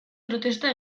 protesta